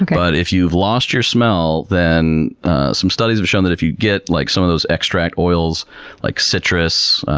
but if you've lost your smell, then some studies have shown that if you get like some of those extract oils like citrus,